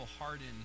harden